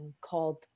called